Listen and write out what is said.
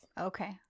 okay